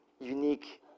unique